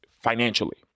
financially